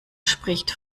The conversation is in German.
spricht